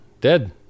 dead